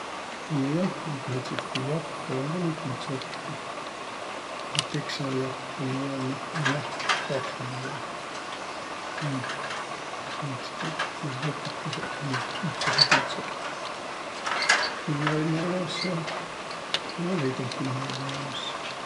Nojah, noid määntsitki jakkõ um kah mitund sorti. Määnegi teksajakk um olõmah ja nahktagi ja ja sis määntsegiq jopikõsõq viil mitmõsugudsõq – külmä ilma jaos ja veidemb külmä ilma jaos.